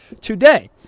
today